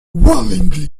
worryingly